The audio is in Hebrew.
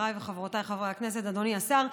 וחברותיי חברי הכנסת, אדוני השר,